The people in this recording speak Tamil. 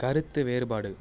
கருத்து வேறுபாடு